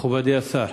מכובדי השר,